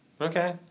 okay